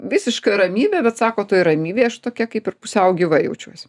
visiška ramybė bet sako toj ramybėj aš tokia kaip ir pusiau gyva jaučiuos